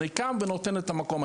אני קם ונותן את המקום.